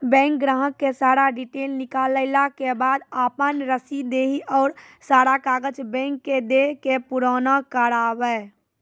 Bank ग्राहक के सारा डीटेल निकालैला के बाद आपन रसीद देहि और सारा कागज बैंक के दे के पुराना करावे?